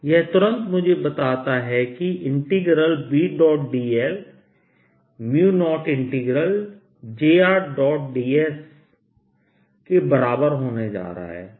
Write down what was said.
यह तुरंत मुझे बताता है कि Bdl 0JrdS के बराबर होने जा रहा है